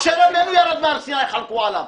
משה רבנו ירד מהר סיני, חלקו עליו.